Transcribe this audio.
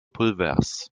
pulvers